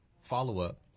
follow-up